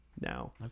now